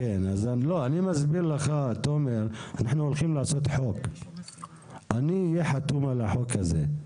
אני מסביר לך שאנחנו הולכים לעשות חוק ואני אהיה חתום על החוק הזה.